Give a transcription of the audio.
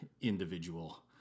individual